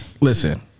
Listen